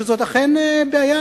וזאת אכן בעיה,